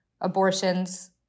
abortions